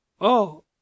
Oh